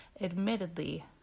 admittedly